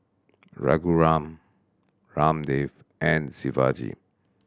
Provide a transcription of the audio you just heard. Raghuram Ramdev and Shivaji